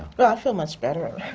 feel much better!